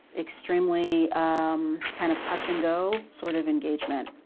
extremely um kind of touch and go sort of engagement.